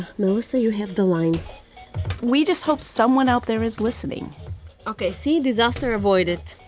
melissa, you have the line we just hope someone out there is listening okay. see disaster avoid it.